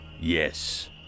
Yes